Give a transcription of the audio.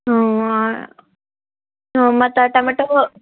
ಹ್ಞೂ ಹ್ಞೂ ಮತ್ತು ಟಮಟೋ